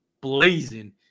blazing